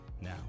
Now